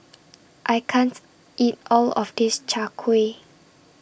I can't eat All of This Chai Kuih